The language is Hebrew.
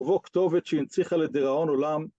וכתובת שהנציחה לדיראון עולם